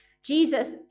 Jesus